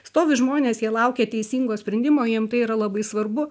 stovi žmonės jie laukia teisingo sprendimo jiem tai yra labai svarbu